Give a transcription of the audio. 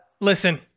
Listen